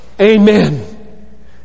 Amen